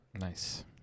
Nice